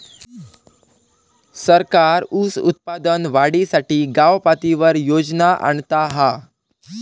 सरकार ऊस उत्पादन वाढीसाठी गावपातळीवर योजना आणता हा